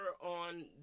on